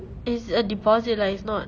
is a deposit lah it's not